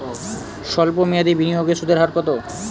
সল্প মেয়াদি বিনিয়োগে সুদের হার কত?